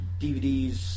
DVDs